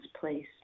place